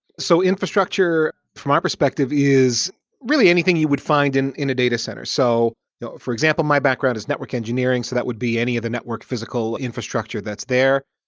so infrastructure from our perspective is really anything you would find in a datacenter. so for example, my background is network engineering, so that would be any of the network physical infrastructure that's there,